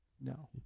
No